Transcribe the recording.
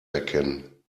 erkennen